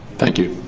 thank you.